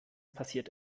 passiert